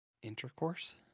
intercourse